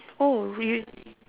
oh real~